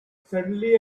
suddenly